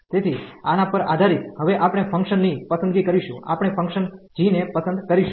તેથી આના પર આધારીત હવે આપણે ફંકશન ની પસંદગી કરશું આપણે ફંકશન g ને પસંદ કરશું